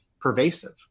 pervasive